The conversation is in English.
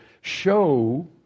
show